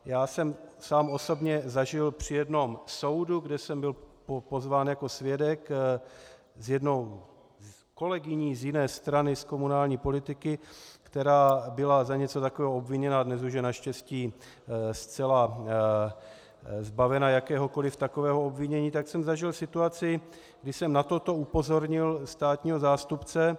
Já jsem sám osobně zažil při jednom soudu, kde jsem byl pozván jako svědek s jednou kolegyní z jiné strany z komunální politiky, která byla za něco takového obviněna a dnes už je naštěstí zcela zbavena jakéhokoliv takového obvinění, tak jsem zažil situaci, když jsem na toto upozornil státního zástupce.